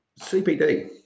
CPD